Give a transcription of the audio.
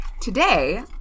Today